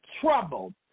trouble